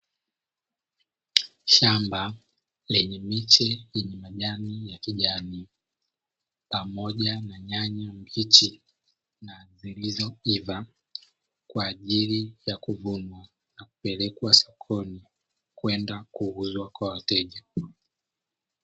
Shamba lenye miche yenye majani ya kijani pamoja na nyanya mbichi na zilizoiva, kwaajili ya kuvunwa na kupelekwa sokoni kwenda kuuzwa kwa wateja.